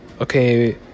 okay